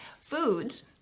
foods